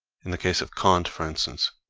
in the case of kant, for instance,